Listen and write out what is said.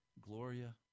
Gloria